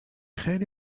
خیلی